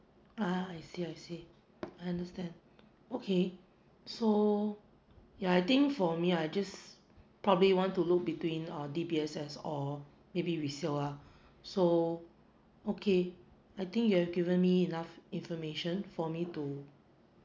ah I see I see understand okay so ya I think for me I just probably want to look between uh D_B_S_S or maybe with C_O_R so okay I think you have given me enough information for me to